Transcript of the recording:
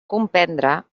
comprendre